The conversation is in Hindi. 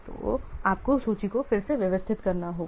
तो आपको सूची को फिर से व्यवस्थित करना होगा